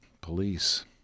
police